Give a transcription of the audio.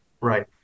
Right